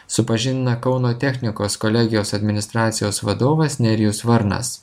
supažindina kauno technikos kolegijos administracijos vadovas nerijus varnas